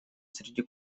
среди